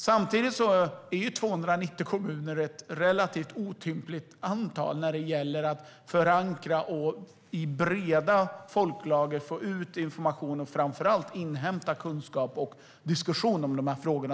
Samtidigt är 290 kommuner ett relativt otympligt antal när det gäller att förankra och i breda folklager få ut information och framför allt inhämta kunskap och diskussion i dessa frågor.